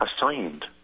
assigned